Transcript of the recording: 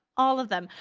all of them.